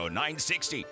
960